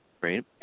Right